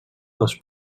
les